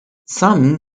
some